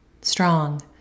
Strong